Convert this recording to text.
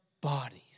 bodies